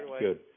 good